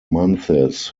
months